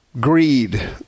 greed